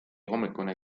hommikune